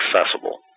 accessible